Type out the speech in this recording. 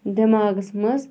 دیٚماغَس مَنٛز